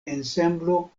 ensemblo